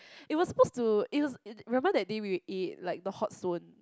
it was supposed to it was it remember that day we eat the hot stone